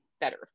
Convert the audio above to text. better